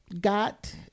Got